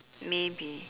maybe